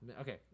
Okay